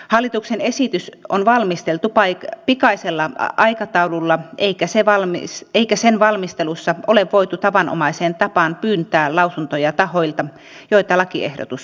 hallituksen esitys on valmisteltu pikaisella aikataululla eikä sen valmistelussa ole voitu tavanomaiseen tapaan pyytää lausuntoja tahoilta joita lakiehdotus koskee